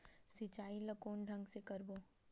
सिंचाई ल कोन ढंग से करबो?